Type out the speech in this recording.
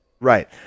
Right